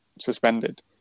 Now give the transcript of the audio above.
suspended